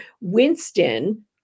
Winston